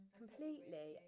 completely